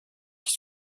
qui